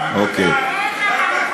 אתה עושה.